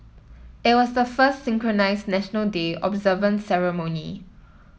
it was the first synchronised National Day observance ceremony